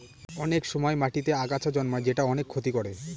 অনেক সময় মাটিতেতে আগাছা জন্মায় যেটা অনেক ক্ষতি করে